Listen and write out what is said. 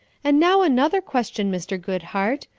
and now another question, mr. groodhart.